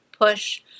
push